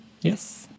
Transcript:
yes